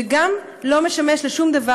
וגם לא משמש לשום דבר,